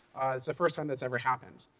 it's the first time that's ever happened.